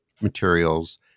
materials